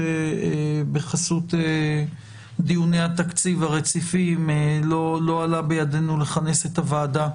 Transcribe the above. שבחסות דיוני התקציב הרציפים לא עלה בידינו לכנס את הוועדה.